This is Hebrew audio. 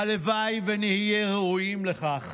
הלוואי שנהיה ראויים לכך